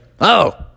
Oh